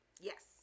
Yes